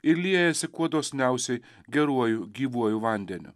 ir liejasi kuo dosniausiai geruoju gyvuoju vandeniu